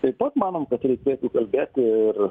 taip pat manom kad reikėtų kalbėti ir